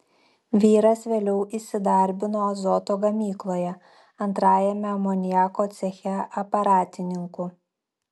vyras vėliau įsidarbino azoto gamykloje antrajame amoniako ceche aparatininku